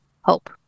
hope